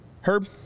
Herb